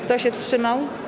Kto się wstrzymał?